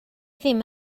ddim